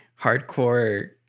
hardcore